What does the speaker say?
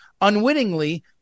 unwittingly